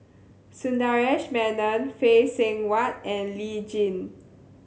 Sundaresh Menon Phay Seng Whatt and Lee Tjin